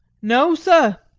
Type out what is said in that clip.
no, sir.